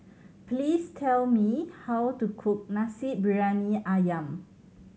please tell me how to cook Nasi Briyani Ayam